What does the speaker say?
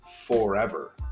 forever